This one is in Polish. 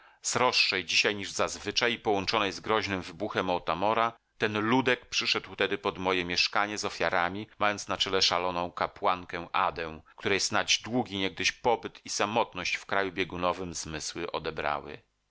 sroższej dzisiaj niż zazwyczaj i połączonej z groźnym wybuchem otamora ten ludek przyszedł tedy pod moje mieszkanie z ofiarami mając na czele szaloną kapłankę adę której snadź długi niegdyś pobyt i samotność w kraju biegunowym zmysły odebrały